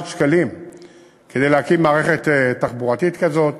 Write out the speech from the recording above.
שקלים כדי להקים מערכת תחבורתית כזאת,